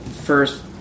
first